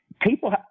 People